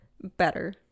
Better